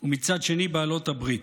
ומצד שני בעלות הברית.